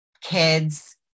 kids